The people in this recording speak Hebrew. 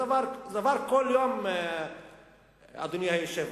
מדובר בכל יום, אדוני היושב-ראש.